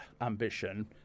ambition